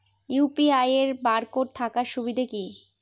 UPI এর barcode থাকার সুবিধে কি?